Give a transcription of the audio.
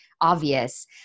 obvious